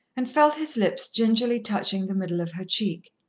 and felt his lips gingerly touching the middle of her cheek.